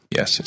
Yes